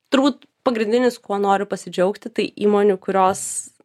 turbūt pagrindinis kuo noriu pasidžiaugti tai įmonių kurios